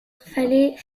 fallait